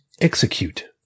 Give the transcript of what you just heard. execute